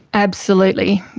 absolutely.